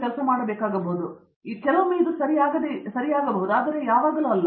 ಅರಂದಾಮ ಸಿಂಗ್ ಆದ್ದರಿಂದ ಕೆಲವೊಮ್ಮೆ ಇದು ಸರಿಯಾಗಬಹುದು ಆದರೆ ಯಾವಾಗಲೂ ಅಲ್ಲ